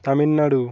Tamil Nadu